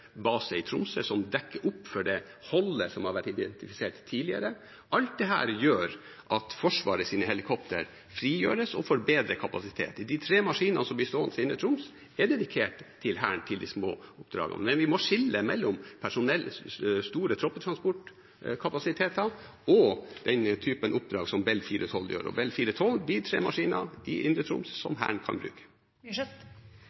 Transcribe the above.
i Tromsø, som dekker opp for det «holdet» som har vært identifisert tidligere. Alt dette gjør at Forsvarets helikoptre frigjøres og får bedre kapasitet. De tre maskinene som blir stående i Indre Troms, er dedikert til Hæren, til de små oppdragene. Men vi må skille mellom de store troppetransport-kapasitetene og den type oppdrag som Bell 412 gjør, og Bell 412 er de tre maskinene, i Indre Troms,